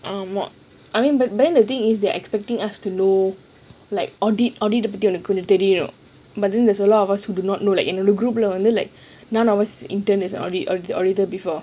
I mean but then the thing is they are expecting us to know like audit audit தெரியும்:theriyum but then there's a lot of us who do not know like in a group lah like none of us intern as audit or auditor before